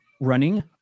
running